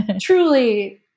truly